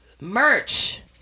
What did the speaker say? merch